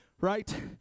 right